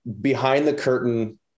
behind-the-curtain